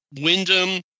Wyndham